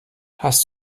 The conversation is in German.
hast